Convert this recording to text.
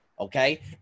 Okay